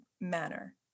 manner